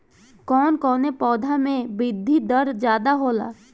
कवन कवने पौधा में वृद्धि दर ज्यादा होला?